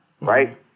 Right